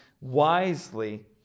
wisely